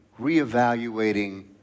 reevaluating